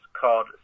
called